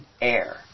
air